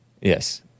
yes